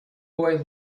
boy